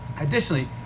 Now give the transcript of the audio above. Additionally